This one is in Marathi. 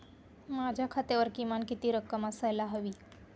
माझ्या खात्यावर किमान किती रक्कम असायला हवी?